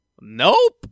Nope